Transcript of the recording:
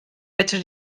fedri